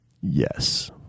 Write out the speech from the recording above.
Yes